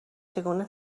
چگونه